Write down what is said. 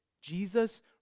Jesus